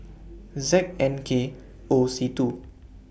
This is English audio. Z N K O C two